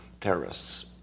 terrorists